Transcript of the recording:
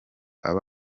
aba